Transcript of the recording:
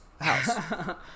house